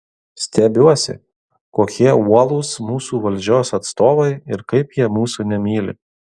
stebiuosi kokie uolūs mūsų valdžios atstovai ir kaip jie mūsų nemyli